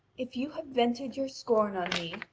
if you have vented your scorn on me,